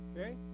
Okay